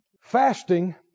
Fasting